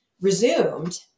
resumed